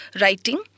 writing